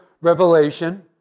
Revelation